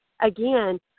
again